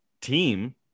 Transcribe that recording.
team